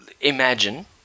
imagine